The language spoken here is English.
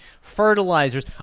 fertilizers